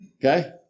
Okay